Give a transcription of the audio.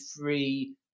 free